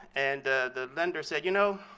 and the vendor said, you know,